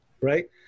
right